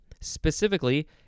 Specifically